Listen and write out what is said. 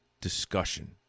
discussion